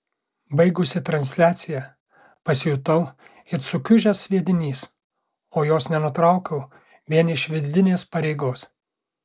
baigusi transliaciją pasijutau it sukiužęs sviedinys o jos nenutraukiau vien iš vidinės pareigos